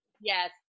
Yes